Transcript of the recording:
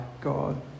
God